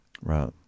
right